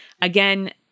Again